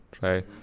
right